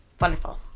Wonderful